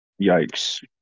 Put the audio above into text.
yikes